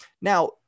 Now